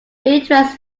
interest